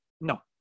No